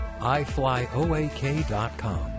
iFlyOAK.com